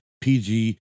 PG